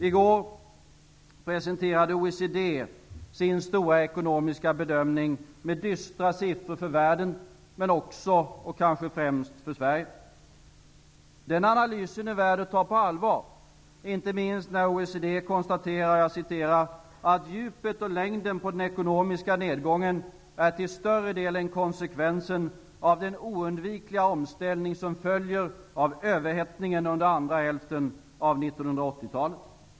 I går presenterade OECD sin stora ekonomiska bedömning med dystra siffror för världen och kanske främst för Sverige. Den analysen är värd att ta på allvar, inte minst när OECD konstaterar: ''Djupet och längden på den ekonomiska nedgången är till större delen konsekvensen av den oundvikliga omställning som följer av överhettningen under andra hälften av 1980-talet.''